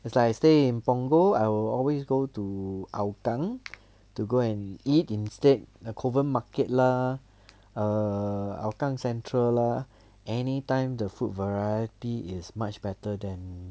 it's like I stay in punggol I will always go to hougang to go and eat instead the kovan market lah err hougang central lah anytime the food variety is much better than